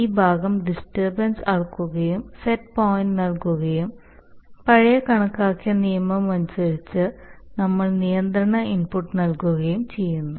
ഈ ഭാഗം ഡിസ്റ്റർബൻസ് അളക്കുകയും സെറ്റ് പോയിന്റ് നൽകുകയും പഴയ കണക്കാക്കിയ നിയമമനുസരിച്ച് നമ്മൾ നിയന്ത്രണ ഇൻപുട്ട് നൽകുകയും ചെയ്യുന്നു